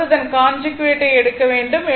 அதாவது அதன் கான்ஜுகேட்டை எடுக்க வேண்டும்